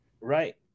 Right